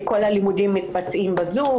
במיוחד כשאנחנו יודעים שכל הלימודים מתבצעים היום בזום,